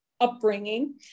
upbringing